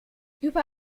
über